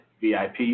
VIP